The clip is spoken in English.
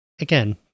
again